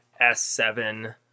S7